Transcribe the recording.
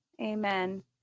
Amen